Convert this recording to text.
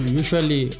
usually